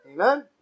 Amen